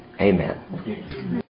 Amen